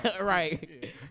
right